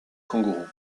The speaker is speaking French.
kangourou